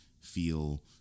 feel